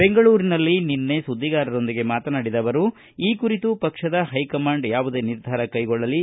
ಬೆಂಗಳೂರಿನಲ್ಲಿ ನಿನ್ನೆ ಸುದ್ದಿಗಾರರೊಂದಿಗೆ ಮಾತನಾಡಿದ ಅವರು ಈ ಕುರಿತು ಪಕ್ಷದ ಹೈಕಮಾಂಡ್ ಯಾವುದೇ ನಿರ್ಧಾರ ಕೈಗೊಳ್ಳಲಿ